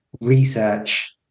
research